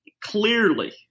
clearly